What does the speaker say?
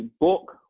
book